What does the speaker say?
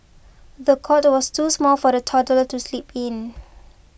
the cot was too small for the toddler to sleep in